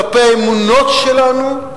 כלפי האמונות שלנו,